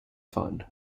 fun